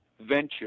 venture